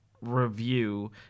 review